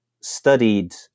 studied